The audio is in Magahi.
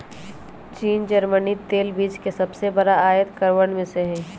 चीन जर्मनी तेल बीज के सबसे बड़ा आयतकरवन में से हई